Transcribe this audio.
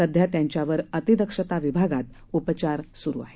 सध्या त्यांच्यावर अतिदक्षता विभागात उपचार सुरू आहेत